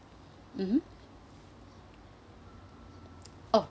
mmhmm oh